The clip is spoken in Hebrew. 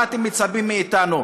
מה אתם מצפים מאתנו?